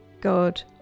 God